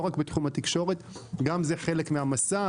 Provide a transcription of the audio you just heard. לא רק בתחום התקשורת הם חלק מהמסע,